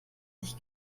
sich